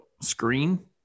screen